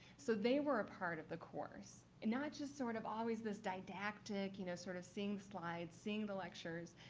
so they were a part of the course, and not just sort of always this didactic, you know, sort of seeing slides, seeing the lectures.